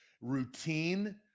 routine –